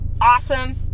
awesome